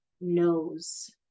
knows